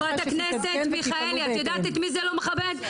חברת הכנסת מיכאלי את יודעת את מי זה לא מכבד?